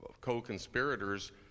co-conspirators